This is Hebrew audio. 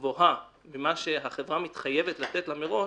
גבוהה ממה שהחברה מתחייבת לתת לה מראש